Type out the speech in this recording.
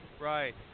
Right